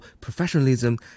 professionalism